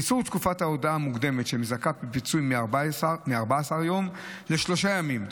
קיצור תקופת ההודעה המוקדמת שמזכה בפיצוי מ-14 יום לשלושה ימים,